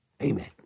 Amen